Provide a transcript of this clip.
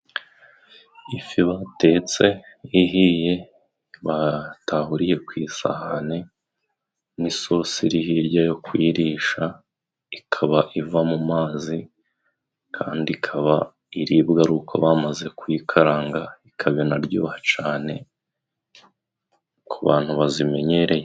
Ifi batetse ihiye batahuriye ku isahani n'isosi iri hirya yo kuyirisha. Ikaba iva mu mazi, kandi ikaba iribwa ari uko bamaze kuyikaranga, ikaba iryoha cane ku bantu bazimenyereye.